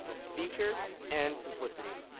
features and simplicity.